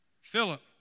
Philip